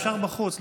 אפשר בחוץ,